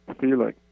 feeling